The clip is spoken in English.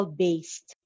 based